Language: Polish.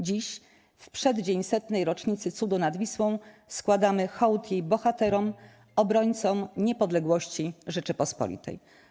Dziś, w przeddzień 100. rocznicy Cudu nad Wisłą, składamy hołd jej Bohaterom, obrońcom niepodległości Rzeczypospolitej”